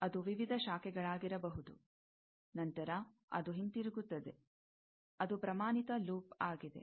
ಅದು ವಿವಿಧ ಶಾಖೆಗಳಾಗಿರಬಹುದು ನಂತರ ಅದು ಹಿಂತಿರುಗುತ್ತದೆ ಅದು ಪ್ರಮಾಣಿತ ಲೂಪ್ ಆಗಿದೆ